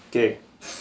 okay